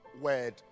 word